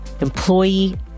employee